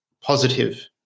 positive